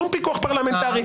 שום פיקוח פרלמנטרי,